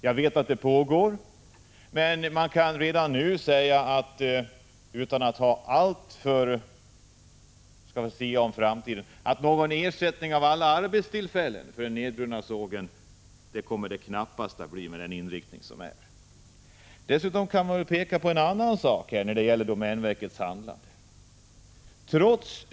Jag vet att det pågår, men man kan redan nu säga att det med den nuvarande inriktningen av verksamheten knappast kommer att bli fråga om någon ersättning för alla arbetstillfällena vid den nedbrunna sågen i Särna. Man kan också peka på en annan sak i samband med domänverkets handlande när det gäller den här frågan.